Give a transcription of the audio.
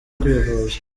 kwivuza